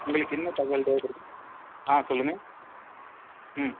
உங்களுக்கு என்ன தகவல் தேவைப்படுது ஆ சொல்லுங்கள் ம்